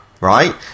right